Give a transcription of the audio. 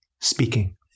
speaking